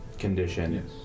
Condition